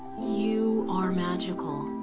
you are magical